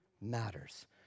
matters